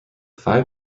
five